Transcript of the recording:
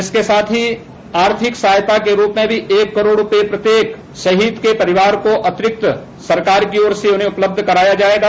इसके साथ ही आर्थिक सहायता के रूप में भी एक करोड़ रूपये प्रत्येक शहीद के परिवार को अतिरिक्त सरकार की ओर से उपलब्ध कराया जायेगा